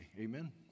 Amen